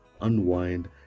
unwind